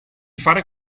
fare